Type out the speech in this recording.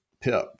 PIP